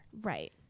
Right